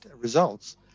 results